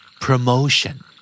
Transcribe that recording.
Promotion